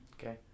Okay